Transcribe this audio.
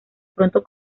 pronto